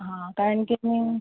हां कारण की मी